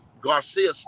Garcia